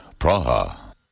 Praha